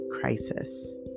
crisis